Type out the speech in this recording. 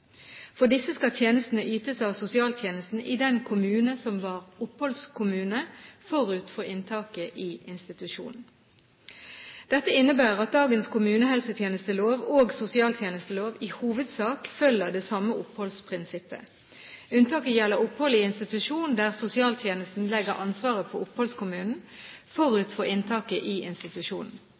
For disse skal tjenestene ytes av sosialtjenesten i den kommune som var oppholdskommune forut for inntaket i institusjonen. Dette innebærer at dagens kommunehelsetjenestelov og sosialtjenestelov i hovedsak følger det samme oppholdsprinsippet. Unntak gjelder opphold i institusjon der sosialtjenesten legger ansvaret på oppholdskommunen forut for inntaket i institusjonen.